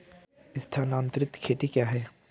स्थानांतरित खेती क्या है?